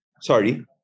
Sorry